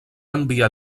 enviar